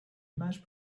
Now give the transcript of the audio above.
image